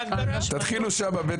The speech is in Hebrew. תודה.